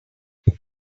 think